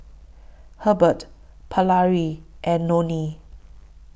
Hebert Paralee and Loney